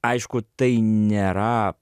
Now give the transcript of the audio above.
aišku tai nėra